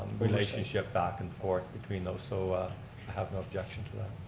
relationship back and forth between those so i have no objection to that.